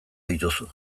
dituzu